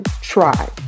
try